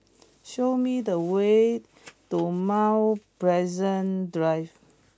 show me the way to Mount Pleasant Drive